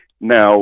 Now